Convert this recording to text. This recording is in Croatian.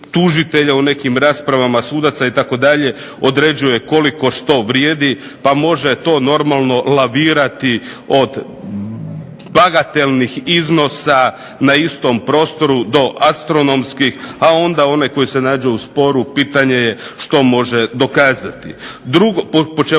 u nekim raspravama sudaca itd. određuje koliko što vrijedi, pa može to normalno lavirati od bagatelnih iznosa na istom prostoru do astronomskih, a onda onaj koji se nađe u sporu pitanje je što može dokazati